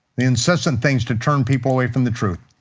the incessant things to turn people away from the truth.